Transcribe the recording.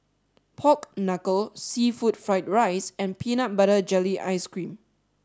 Pork Knuckle Seafood Fried Rice and Peanut Butter Jelly Ice Cream